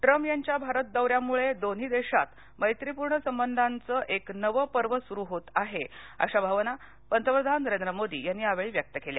Trump यांच्या भारत दौऱ्यामुळे दोन्ही देशात मैत्रीपूर्ण संबंधांचं एक नवं पर्व सुरु होत आहे अशा भावना पंतप्रधान नरेंद्र मोदी यांनी यावेळी व्यक्त केल्या